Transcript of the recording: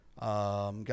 Got